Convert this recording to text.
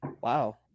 Wow